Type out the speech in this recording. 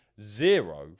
zero